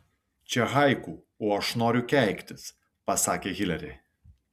čia haiku o aš noriu keiktis pasakė hilari